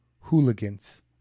hooligans